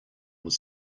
was